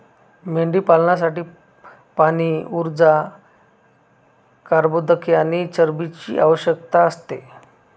मेंढीपालनासाठी पाणी, ऊर्जा, कर्बोदके आणि चरबीची आवश्यकता असते